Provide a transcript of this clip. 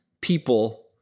people